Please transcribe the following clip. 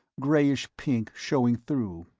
grayish pink showing through,